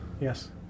Yes